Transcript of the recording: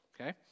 okay